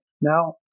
Now